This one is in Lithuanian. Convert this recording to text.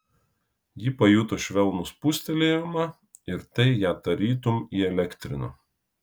ji pajuto švelnų spustelėjimą ir tai ją tarytum įelektrino